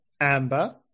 amber